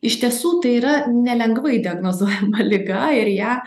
iš tiesų tai yra nelengvai diagnozuojama liga ir ją